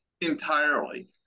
entirely